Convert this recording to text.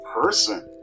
person